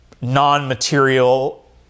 non-material